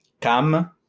come